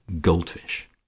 goldfish